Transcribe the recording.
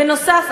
בנוסף,